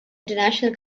international